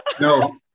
No